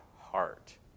heart